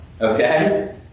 Okay